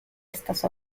estas